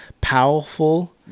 powerful